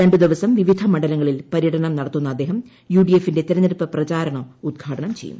ര ദിവസം വിവിധ മണ്ഡലങ്ങളിൽ പര്യടനം നടത്തുന്ന അദ്ദേഹം യുഡിഎഫിന്റെ തിരഞ്ഞെടുപ്പു പ്രചാരണം ഉദ്ഘാടനം ചെയ്യും